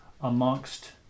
amongst